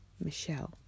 Michelle